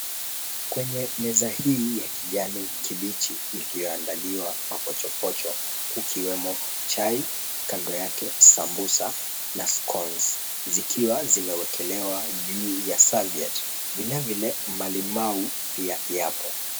Kwenye meza hii ya kijani kibichi iliyoandaliwa mapochopocho, kukiwemo chai, kando yake sambusa na scones , zikiwa zimewekelewa juu ya serviette . Vilevile malimau pia yapo.